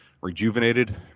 rejuvenated